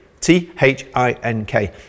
T-H-I-N-K